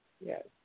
Yes